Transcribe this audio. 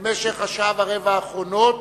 במשך השעה ורבע האחרונות,